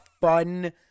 fun